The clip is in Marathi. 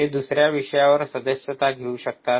ते दुसर्या विषयावर सदस्यता घेऊ शकतात